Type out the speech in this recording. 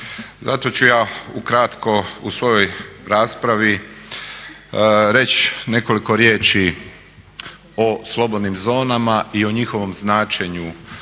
Zato ću ja ukratko u svojoj raspravi reći nekoliko riječi o slobodnim zonama i o njihovom značenju